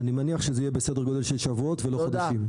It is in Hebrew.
אני מניח שזה יהיה בסדר גודל של שבועות ולא חודשים.